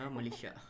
Malaysia